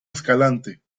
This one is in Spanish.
escalante